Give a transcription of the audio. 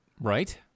right